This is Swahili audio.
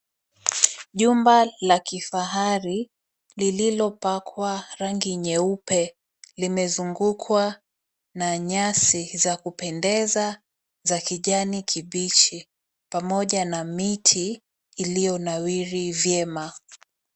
Jumba la kifahari lilopakwa rangi nyeupe, limezungukwa na nyasi za kupendeza za kijani kibichi pamoja na miti iliyonawiri vyema.